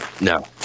No